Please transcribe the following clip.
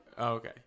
okay